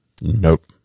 Nope